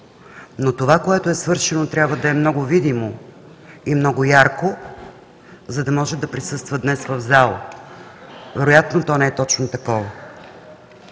но това, което е свършено, трябва да е много видимо и много ярко, за да може да присъства днес в зала – вероятно то не е точно такова.